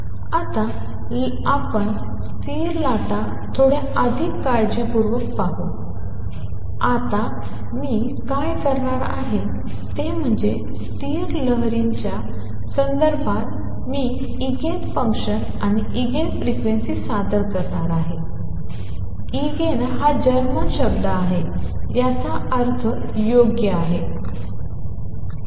आता आपण स्थिर लाटा थोड्या अधिक काळजीपूर्वक पाहू आणि आता मी काय करणार आहे ते म्हणजे स्थिर लहरींच्या संदर्भात मी इगेन फंक्शन्स आणि इगेन फ्रिक्वेन्सी सादर करणार आहे इगेन हा जर्मन शब्द आहे ज्याचा अर्थ योग्य आहे